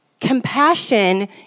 compassion